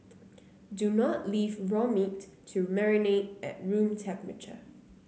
do not leave raw meat to marinate at room temperature